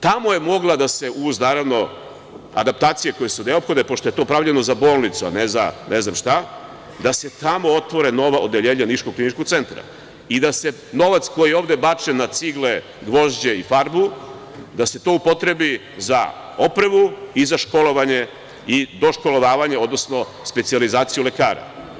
Tamo je mogla da se uz, naravno, adaptacije koje su neophodne, pošto je to pravljeno za bolnicu, a ne za ne znam šta, da se tamo otvore nova odeljenja niškog kliničkog centra i da se novac koji je ovde bačen na cigle, gvožđe i farbu upotrebi za opremu i za školovanje, doškolovavanje, odnosno specijalizaciju lekara.